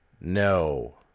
No